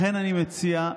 לכן, אני מציע,